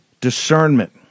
discernment